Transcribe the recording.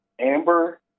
Amber